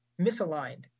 misaligned